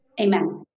Amen